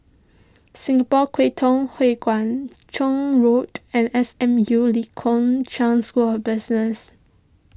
Singapore Kwangtung Hui Kuan Joan Road and S M U Lee Kong Chian School of Business